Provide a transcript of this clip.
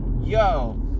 yo